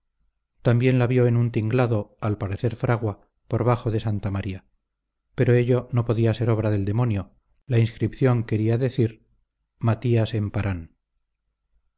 también la vio en un tinglado al parecer fragua por bajo de santa maría pero ello no podía ser obra del demonio la inscripción quería decir matías